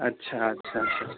اچھا اچھا اچھا چھا